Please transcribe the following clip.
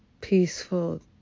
peaceful